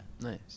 nice